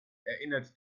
erinnert